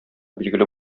билгеле